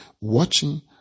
watching